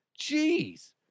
Jeez